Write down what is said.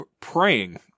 praying